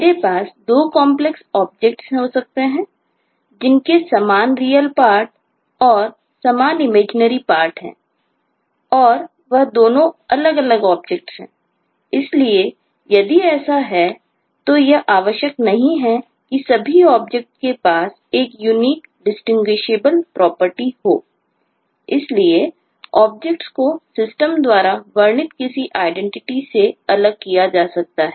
मेरे पास 2 complex objects है